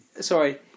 sorry